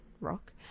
rock